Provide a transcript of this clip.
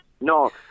no